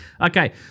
Okay